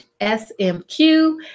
SMQ